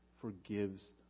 forgives